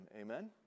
Amen